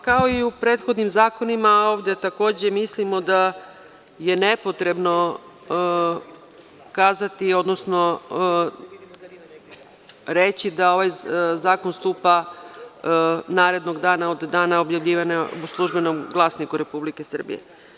Kao i u prethodnim zakonima ovde takođe mislimo da je nepotrebno kazati, odnosno reći da ovaj zakon stupa narednog dana od dana objavljivanja u „Službenom glasniku RS“